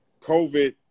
COVID